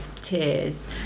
tears